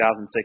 2006